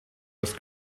was